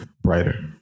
brighter